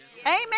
amen